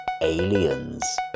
Aliens